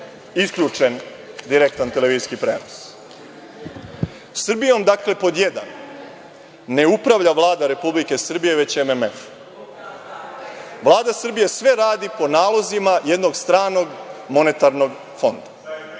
isključen direktan televizijski prenos. Srbijom, dakle, pod jedan, ne upravlja Vlada Republike Srbije, već MMF. Vlada Srbije sve radi po nalozima jednog stranog monetarnog fonda. Pod